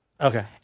Okay